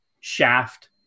shaft